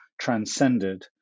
transcended